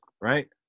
right